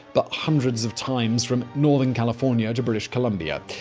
but hundreds of times, from northern california to british colombia.